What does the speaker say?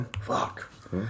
Fuck